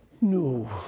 No